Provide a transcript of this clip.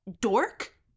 Dork